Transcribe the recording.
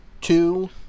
Two